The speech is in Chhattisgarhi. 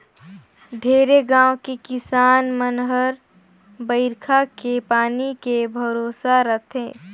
ढेरे गाँव के किसान मन हर बईरखा के पानी के भरोसा रथे